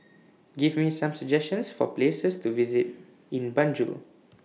Give Me Some suggestions For Places to visit in Banjul